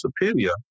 superior